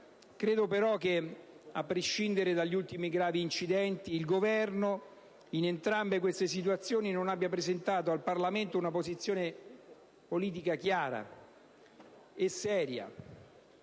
Credo però che, a prescindere dagli ultimi gravi incidenti, il Governo, in entrambe queste situazioni, non abbia presentato al Parlamento una posizione politica chiara e seria,